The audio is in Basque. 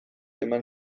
eman